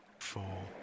four